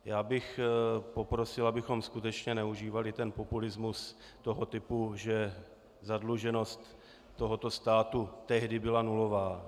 Já bych poprosil, abychom skutečně neužívali populismus toho typu, že zadluženost tohoto státu tehdy byla nulová.